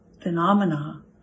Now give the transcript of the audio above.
phenomena